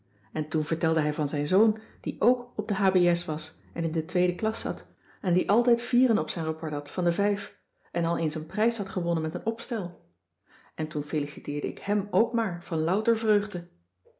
en toen vertelde hij van zijn zoon die ok cissy van marxveldt de h b s tijd van joop ter heul op de h b s was en in de tweede klas zat en die altijd vieren op zijn rapport had van de vijf en al eens een prijs had gewonnen met een opstel en toen feliciteerde ik hem ook maar van louter vreugde